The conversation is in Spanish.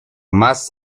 más